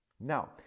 Now